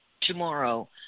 tomorrow